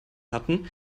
hatten